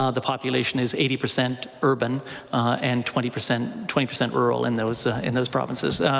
ah the population is eighty percent urban and twenty percent twenty percent rural in those in those provinces.